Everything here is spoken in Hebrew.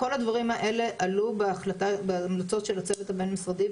כל הדברים האלה עלו בהמלצות של הצוות הבין-משרדי.